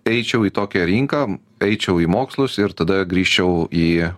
eičiau į tokią rinką eičiau į mokslus ir tada grįžčiau į